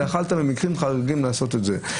ויכולת במקרים חריגים לעשות את זה.